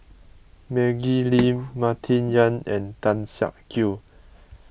Maggie Lim Martin Yan and Tan Siak Kew